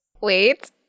wait